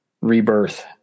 rebirth